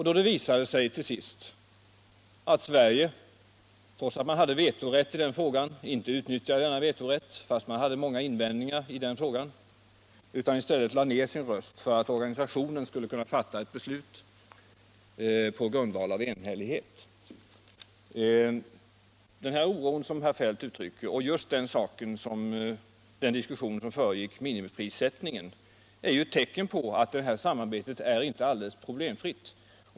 Det visade sig till sist att Sverige då inte utnyttjade sin vetorätt, fast man hade många invändningar i frågan, utan i stället lade ned sin röst för att organisationen skulle kunna fatta ett beslut på grundval av enhällighet. Den oro som herr Feldt uttrycker och just den diskussion som föregick minimiprissättningen är ju ett tecken på att samarbetet i Oljeklubben inte heller varit alldeles problemfritt.